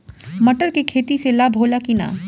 मटर के खेती से लाभ होला कि न?